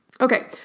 Okay